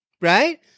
right